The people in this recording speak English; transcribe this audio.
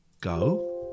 go